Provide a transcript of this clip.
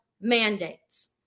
mandates